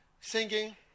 singing